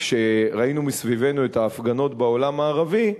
שכשראינו מסביבנו את ההפגנות בעולם הערבי,